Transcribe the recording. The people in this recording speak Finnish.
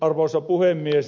arvoisa puhemies